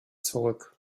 zurück